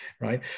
right